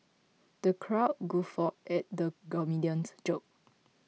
the crowd guffawed at the comedian's joke